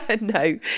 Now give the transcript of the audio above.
No